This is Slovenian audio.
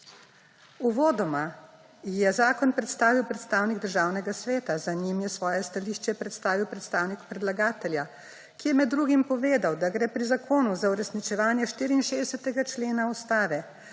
Uvodoma je zakon predstavil predstavnik Državnega sveta. Za njim je svoje stališče predstavil predstavnik predlagatelja, ki je med drugim povedal, da gre pri zakonu za uresničevanje 64. člena Ustave,